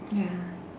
ya